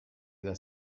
eta